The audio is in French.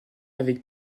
avec